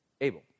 Abel